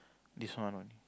this one only